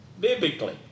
Biblically